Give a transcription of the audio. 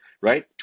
right